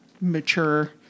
mature